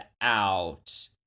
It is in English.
out